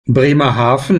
bremerhaven